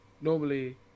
Normally